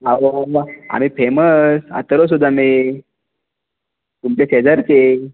आहो हो मग आम्ही फेमस अथर्व सुदामे तुमच्या शेजारचे